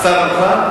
השר מוכן?